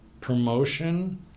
promotion